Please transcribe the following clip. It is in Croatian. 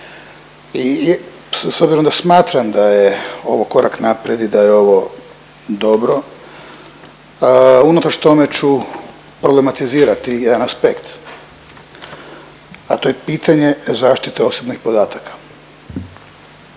i s obzirom da smatram da je ovo korak naprijed i da je ovo dobro, unatoč tome ću problematizirati jedan aspekt, a to je pitanje zaštite osobnih podataka.